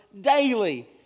Daily